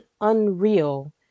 Unreal